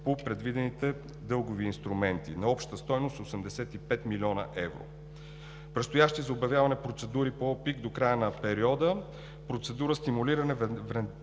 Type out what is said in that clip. по предвидените дългови инструменти на обща стойност 85 млн. евро. Предстоящи за обявяване процедури по ОПИК до края на периода: процедура „Стимулиране внедряването